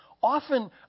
often